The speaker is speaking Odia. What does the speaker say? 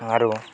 ଆରୁ